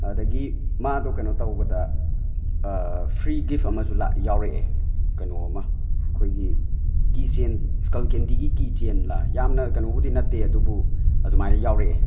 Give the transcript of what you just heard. ꯑꯗꯒꯤ ꯃꯥꯗꯣ ꯀꯩꯅꯣ ꯇꯧꯕꯗ ꯐ꯭ꯔꯤ ꯒꯤꯐ ꯑꯃꯁꯨ ꯂꯥꯛ ꯌꯥꯎꯔꯛꯑꯦ ꯀꯩꯅꯣꯝꯃ ꯑꯩꯈꯣꯏꯒꯤ ꯀꯤ ꯆꯦꯟ ꯁ꯭ꯀꯜꯀꯦꯟꯗꯤꯒꯤ ꯀꯤ ꯆꯦꯟ ꯂꯥꯛꯑꯦ ꯌꯥꯝꯅ ꯀꯩꯅꯣꯕꯨꯗꯤ ꯅꯠꯇꯦ ꯑꯗꯨꯕꯨ ꯑꯗꯨꯃꯥꯏꯅ ꯌꯥꯎꯔꯛꯑꯦ